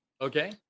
Okay